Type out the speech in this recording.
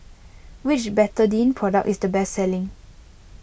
which Betadine product is the best selling